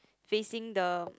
facing the